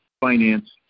finance